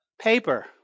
paper